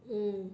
mm